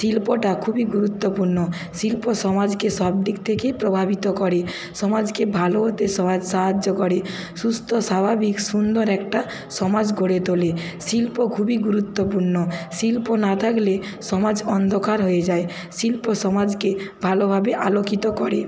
শিল্পটা খুবই গুরুত্বপূর্ণ শিল্প সমাজকে সব দিক থেকে প্রভাবিত করে সমাজকে ভালো হতে সাহায্য করে সুস্থ স্বাভাবিক সুন্দর একটা সমাজ গড়ে তোলে শিল্প খুবই গুরুত্বপূর্ণ শিল্প না থাকলে সমাজ অন্ধকার হয়ে যায় শিল্প সমাজকে ভালোভাবে আলোকিত করে